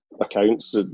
accounts